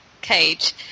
cage